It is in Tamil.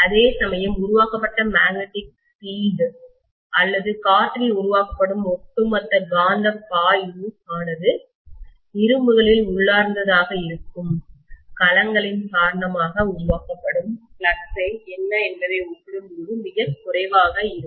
அதேசமயம் உருவாக்கப்பட்ட மேக்னெட்டிக் பீல்டு காந்தப்புல வலிமை அல்லது காற்றில் உருவாக்கப்படும் ஒட்டுமொத்த காந்தப் பாய்வு ஃப்ளக்ஸ் ஆனது இரும்புகளில் உள்ளார்ந்ததாக இருக்கும் களங்களின் காரணமாக உருவாக்கப்படும் ஃப்ளக்ஸ் ஐ என்ன என்பதை ஒப்பிடும்போது மிகக் குறைவாக இருக்கும்